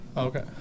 Okay